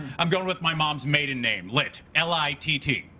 i'm going with my mom's maiden name, litt l i t t.